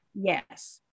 yes